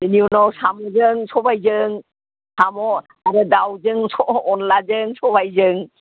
बिनि उनाव साम'जों सबायजों साम' आरो दाउजों अनद्लाजों सबायजों